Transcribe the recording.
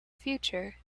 future